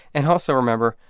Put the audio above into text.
and also remember,